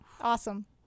Awesome